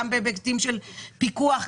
גם בהיבטים של פיקוח,